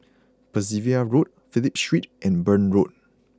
Percival Road Phillip Street and Burn Road